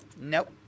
Nope